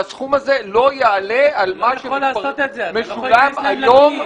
והוא לא יעלה על מה שמשולם היום.